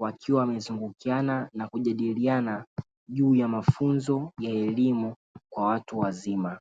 wakiwa wamezungukiana na kujadiliana juu ya mafunzo ya elimu kwa watu wazima.